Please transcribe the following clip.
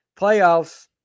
playoffs